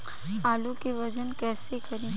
आलू के वजन कैसे करी?